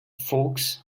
folks